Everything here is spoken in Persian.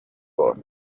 برد